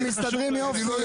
הם מסתדרים יופי,